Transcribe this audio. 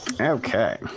Okay